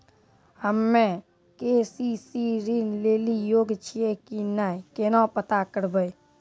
हम्मे के.सी.सी ऋण लेली योग्य छियै की नैय केना पता करबै?